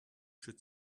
should